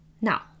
Now